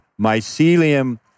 mycelium